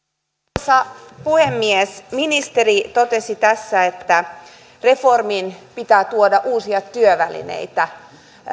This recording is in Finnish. arvoisa puhemies ministeri totesi tässä että reformin pitää tuoda uusia työvälineitä